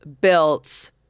built